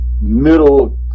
middle